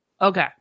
Okay